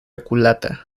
culata